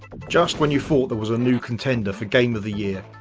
just when you thought there was a new contender for game of the year,